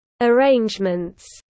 arrangements